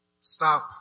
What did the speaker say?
stop